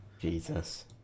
Jesus